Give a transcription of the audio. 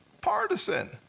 partisan